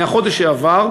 מהחודש שעבר,